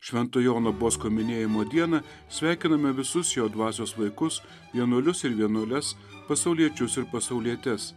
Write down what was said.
švento jono bosko minėjimo dieną sveikiname visus jo dvasios vaikus vienuolius ir vienuoles pasauliečius ir pasaulietes